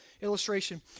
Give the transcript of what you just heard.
illustration